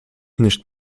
nicht